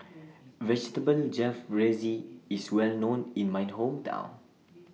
Vegetable Jalfrezi IS Well known in My Hometown